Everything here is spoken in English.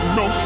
no